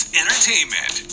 entertainment